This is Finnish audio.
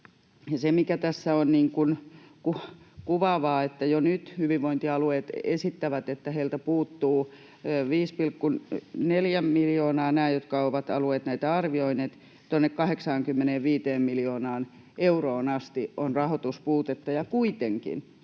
se, mikä tässä on kuvaavaa, on se, että jo nyt hyvinvointialueet esittävät, että heiltä puuttuu 5,4 miljoonaa — näiltä alueilta, jotka ovat näitä arvioineet. Tuonne 85 miljoonaan euroon asti on rahoituspuutetta, ja kuitenkin